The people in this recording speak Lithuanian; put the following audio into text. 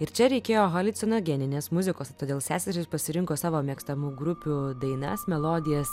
ir čia reikėjo haliucinogeninės muzikos todėl seserys pasirinko savo mėgstamų grupių dainas melodijas